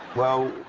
well,